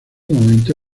momento